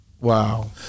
Wow